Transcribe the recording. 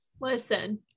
Listen